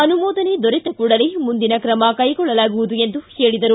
ಅನುಮೋದನೆ ದೊರೆತ ಕೂಡಲೇ ಮುಂದಿನ ಕ್ರಮ ಕೈಗೊಳ್ಳಲಾಗುವುದು ಎಂದು ಹೇಳಿದರು